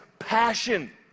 passion